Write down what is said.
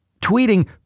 tweeting